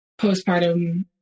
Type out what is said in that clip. postpartum